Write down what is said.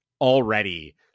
already